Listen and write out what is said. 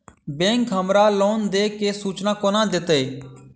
Bank हमरा loan देय केँ सूचना कोना देतय?